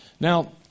Now